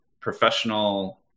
professional